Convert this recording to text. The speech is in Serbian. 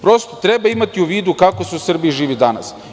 Prosto, treba imati u vidu kako se u Srbiji živi danas.